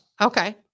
Okay